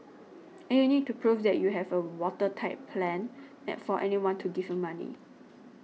and you need to prove that you have a watertight plan for anyone to give you money